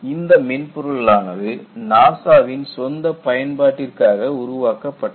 இந்த மென்பொருளானது NASA வின் சொந்தப் பயன்பாட்டிற்காக உருவாக்கப்பட்டது